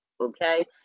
Okay